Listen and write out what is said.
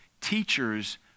Teachers